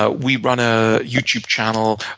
ah we run a youtube channel.